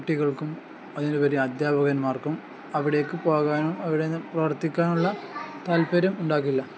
കുട്ടികൾക്കും അതിനുപരി അധ്യാപകന്മാർക്കും അവിടേക്കു പോകാനും അവിടെനിന്നു പ്രവർത്തിക്കാനുള്ള താല്പര്യം ഉണ്ടാകില്ല